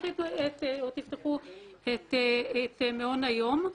תפתחו את מעון היום.